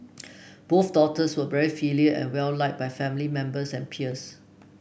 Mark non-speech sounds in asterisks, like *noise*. *noise* both daughters were very filial and well liked by family members and peers